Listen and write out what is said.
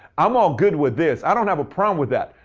i'm all good with this. i don't have a problem with that.